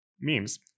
memes